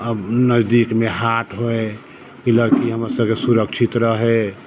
अब नजदीकमे हाट होइ कि लड़की हमर सबके सुरक्षित रहै